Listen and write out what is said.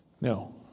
no